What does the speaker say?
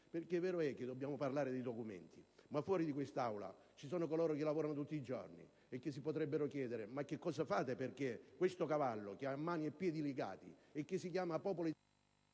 vero, infatti, che dobbiamo parlare dei documenti; ma fuori da quest'Aula ci sono coloro che lavorano tutti i giorni e che si potrebbero chiedere cosa facciamo perché questo cavallo, che ha mani e piedi legati e che si chiama popolo...